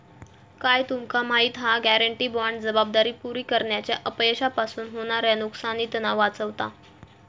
काय तुमका माहिती हा? गॅरेंटी बाँड जबाबदारी पुरी करण्याच्या अपयशापासून होणाऱ्या नुकसानीतना वाचवता